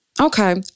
Okay